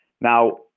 Now